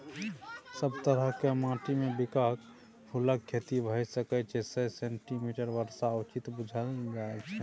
सब तरहक माटिमे बिंका फुलक खेती भए सकै छै सय सेंटीमीटरक बर्षा उचित बुझल जाइ छै